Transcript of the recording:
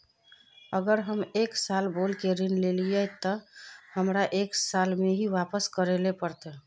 अगर हम एक साल बोल के ऋण लालिये ते हमरा एक साल में ही वापस करले पड़ते?